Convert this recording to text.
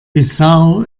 bissau